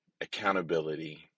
accountability